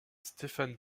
stéphane